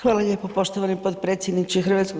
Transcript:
Hvala lijepo poštovani potpredsjedniče HS.